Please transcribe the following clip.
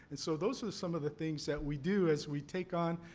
and, so, those are some of the things that we do as we take on,